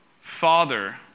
father